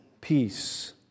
peace